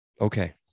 Okay